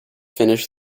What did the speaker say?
finish